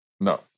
No